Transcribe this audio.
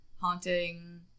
haunting